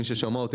מי ששמע אותי,